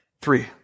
Three